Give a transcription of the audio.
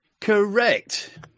correct